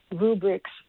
rubrics